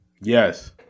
Yes